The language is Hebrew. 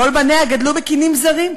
כל בניה גדלו בקנים זרים,